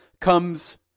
comes